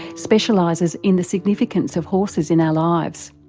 specialises in the significance of horses in our lives.